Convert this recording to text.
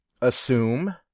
assume